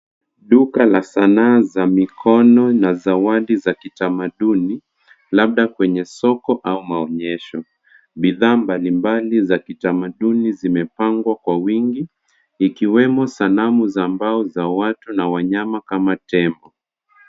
Duka la sanaa za mikono na zawadi za kitamaduni, labda kwenye soko au maonyesho. Bidhaa mbalimbali za kitamaduni zimepangwa kwa wingi, ikiwemo sanamu za mbao za watu na wanyama kama tembo.